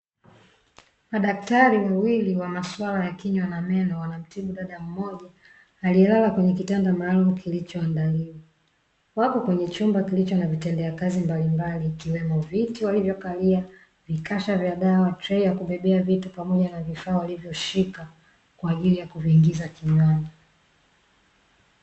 Madaktari wawili wa maswala ya kinywa na meno wanamtibu dada mmoja, aliyelala kwenye kitanda maalumu kilichoandaliwa. Wako kwenye chumba kilicho na vitendea kazi mbalimbali ikiwemo viti walivyokalia, vikasha vya dawa, treyi ya kubebea vitu pamoja na vifaa walivyoshika kwa ajili ya kuviingiza kinywani.